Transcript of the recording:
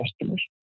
customers